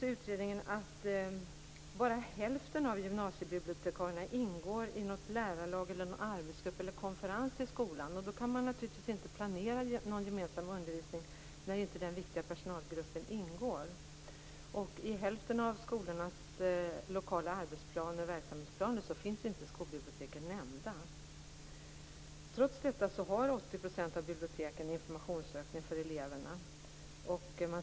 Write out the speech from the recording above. I utredningen sägs också att bara hälften av gymnasiebibliotekarierna ingår i något lärarlag, någon arbetsgrupp eller konferens i skolan. Man kan naturligtvis inte planera någon gemensam undervisning när denna viktiga personalgrupp inte ingår. I hälften av skolornas lokala arbetsplaner och verksamhetsplaner finns inte skolbiblioteken nämnda. Trots detta har 80 % av biblioteken informationssökning för eleverna.